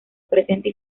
presente